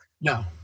No